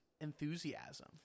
enthusiasm